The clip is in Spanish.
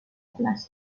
playa